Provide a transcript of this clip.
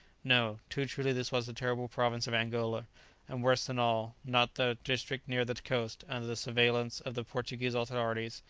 no too truly this was the terrible province of angola and worse than all, not the district near the coast, under the surveillance of the portuguese authorities,